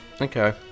Okay